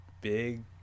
big